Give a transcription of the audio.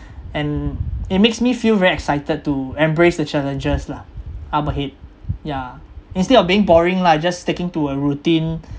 and it makes me feel very excited to embrace the challenges lah up ahead yeah instead of being boring like just sticking to a routine